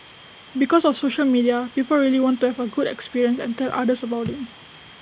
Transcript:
because of social media people really want to have A good experience and tell others about IT